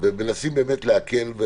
ומנסים להקל,